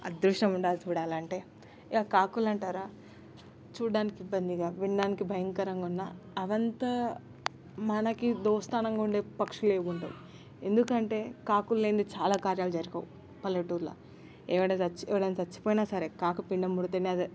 అదృష్టం ఉండాలి చూడాలి అంటే ఇక కాకులు అంటారా చూడటానికి ఇబ్బందిగా వినడానికి భయంకరంగా ఉన్నా అవంత మనకి దోస్తానంగా ఉండే పక్షులే ఉండవు ఎందుకంటే కాకులు లేనిదే చాలా కార్యాలు జరగవు పల్లెటూర్ల ఎవడై చచ్చి ఎవడైనా చచ్చిపోయినా సరే కాకి పిండం ముడితేనే అది